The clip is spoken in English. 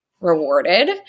rewarded